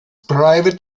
private